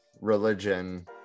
religion